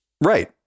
Right